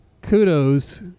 Kudos